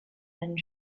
and